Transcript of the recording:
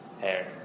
hair